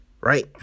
right